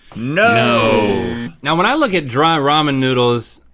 no. now when i look at dry ramen noodles,